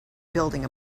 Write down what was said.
building